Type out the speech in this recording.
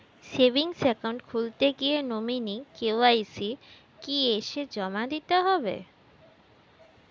Savings account খুলতে গিয়ে nominee KYC কি এসে জমা দিতে হবে?